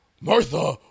Martha